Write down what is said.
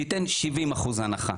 תיתן 70% הנחה.